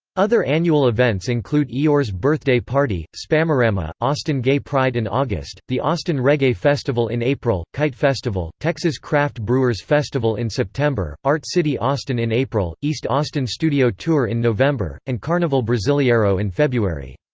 other annual events include eeyore's birthday party, spamarama, austin gay pride in august, the austin reggae festival in april, kite festival, texas craft brewers festival in september, art city austin in april, east austin studio tour in november, and carnaval brasileiro in february.